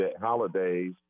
holidays